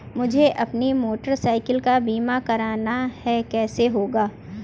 मुझे अपनी motorcycle का बीमा करना है कैसे होगा?